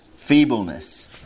feebleness